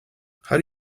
how